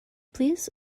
please